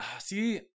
see